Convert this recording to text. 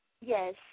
Yes